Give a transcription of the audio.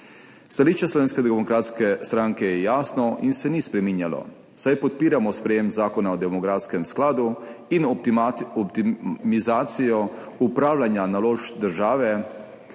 stranke je jasno in se ni spreminjalo, saj podpiramo sprejetje zakona o demografskem skladu in optimizacijo upravljanja naložb države,